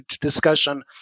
discussion